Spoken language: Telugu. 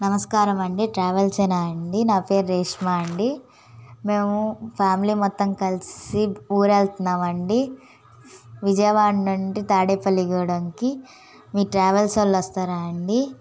నమస్కారమండి ట్రావెల్సేనా అండి నా పేరు రేష్మా అండి మేము ఫ్యామిలీ మొత్తం కలిసి ఊరు వెళ్తున్నామండి విజయవాడ నుండి తాడేపల్లి గూడెంకి మీ ట్రావెల్స్ వాళ్ళు వస్తారా అండి